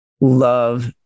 love